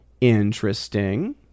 Interesting